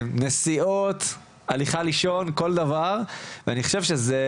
נסיעות, הליכה לישון, כל דבר ואני חושב שזה